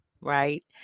right